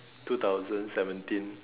two thousand seventeen